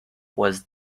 was